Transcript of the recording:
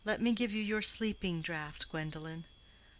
let me give you your sleeping-draught, gwendolen.